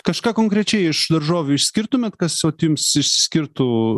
kažką konkrečiai iš daržovių išskirtumėt kas jums išsiskirtų